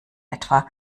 etwa